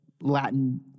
Latin